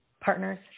partners